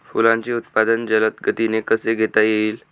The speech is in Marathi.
फुलांचे उत्पादन जलद गतीने कसे घेता येईल?